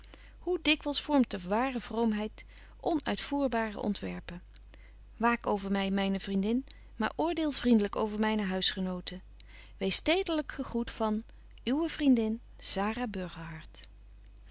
hoe dikwyls vormt de ware vroomheid onuitvoerbare ontwerpen waak over my myne vriendin maar oordeel vriendelyk over myne huisgenoten wees tederlyk gegroet van uwe vriendin